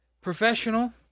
professional